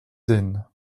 zen